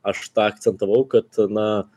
aš tą akcentavau kad na